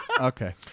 Okay